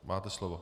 Máte slovo.